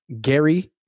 Gary